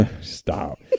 stop